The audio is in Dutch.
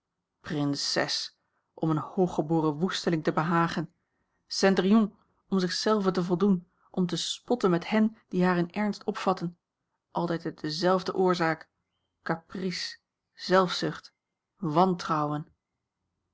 prinses om een hooggeboren woesteling te behagen cendrillon om zich zelve te voldoen om te spotten met hen die haar in ernst opvatten altijd uit dezelfde oorzaak caprice zelfzucht wantrouwen